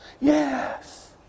Yes